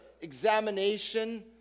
examination